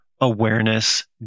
awareness